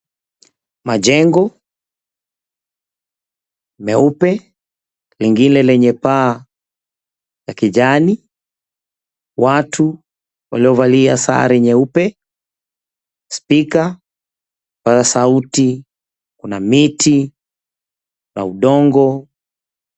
Majengo meupe lingine lenye paa ya kijani, watu waliyovalia sare nyeupe, spika, kipazasauti, kuna miti, kuna udongo.